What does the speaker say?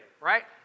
right